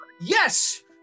Yes